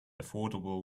affordable